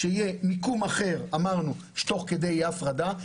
שיהיה מיקום אחר אמרנו שתוך כדי תהיה הפרדה.